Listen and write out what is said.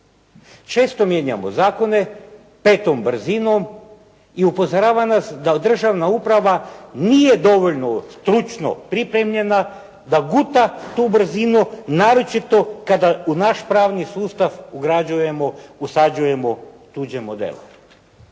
Često mijenjamo zakone petom brzinom i upozorava nas da državna uprava nije dovoljno stručno pripremljena da guta tu brzinu naročito kada u naš pravni sustav ugrađujemo, usađujemo